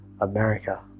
America